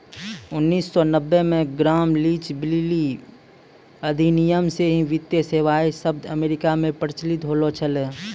उन्नीस सौ नब्बे मे ग्राम लीच ब्लीली अधिनियम से ही वित्तीय सेबाएँ शब्द अमेरिका मे प्रचलित होलो छलै